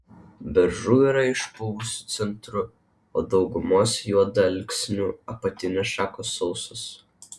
beržų yra išpuvusiu centru o daugumos juodalksnių apatinės šakos sausos